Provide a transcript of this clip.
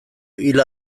hil